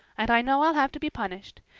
and i know i'll have to be punished.